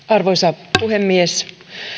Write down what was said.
arvoisa puhemies